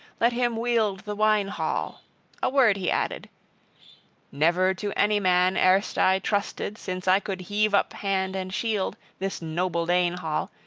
let him wield the wine hall a word he added never to any man erst i trusted, since i could heave up hand and shield, this noble dane-hall,